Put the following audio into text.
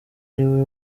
niwe